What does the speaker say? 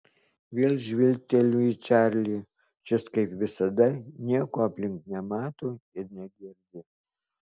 vėl žvilgteliu į čarlį šis kaip visada nieko aplink nemato ir negirdi